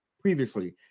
previously